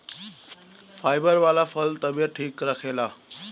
fibre वाला फल तबियत ठीक रखेला